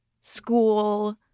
school